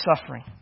suffering